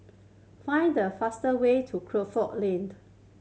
find the fastest way to Crawford